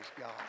God